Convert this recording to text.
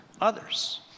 others